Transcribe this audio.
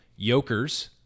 yokers